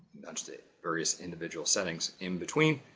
nudge the various individual settings in between.